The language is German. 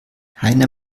heiner